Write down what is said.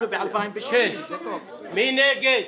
מי נגד?